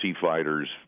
fighters